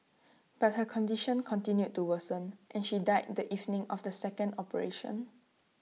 but her condition continued to worsen and she died the evening of the second operation